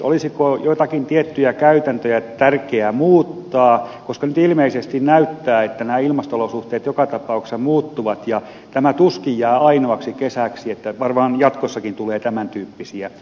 olisiko joitakin tiettyjä käytäntöjä tärkeää muuttaa koska nyt ilmeisesti näyttää siltä että nämä ilmasto olosuhteet joka tapauksessa muuttuvat ja tämä tuskin jää ainoaksi kesäksi varmaan jatkossakin tulee tämän tyyppisiä tuhoja